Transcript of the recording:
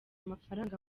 mafaranga